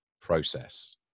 process